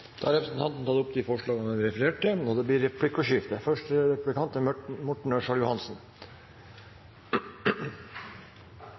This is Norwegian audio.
Da har representanten Knut Storberget tatt opp de forslagene han refererte til. Det blir replikkordskifte. Landbruksdelen i statsbudsjettet har en endret kurs. Det samme har jordbruksoppgjøret, som er